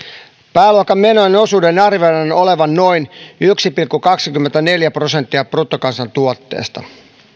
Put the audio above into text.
pääluokan menojen osuuden arvioidaan olevan noin yksi pilkku kaksikymmentäneljä prosenttia bruttokansantuotteesta